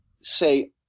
say